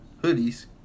Hoodies